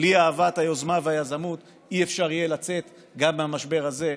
בלי אהבת היוזמה והיזמות לא יהיה אפשר לצאת מהמשבר הזה,